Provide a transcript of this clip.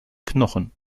knochen